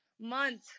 month